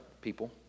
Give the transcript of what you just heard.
people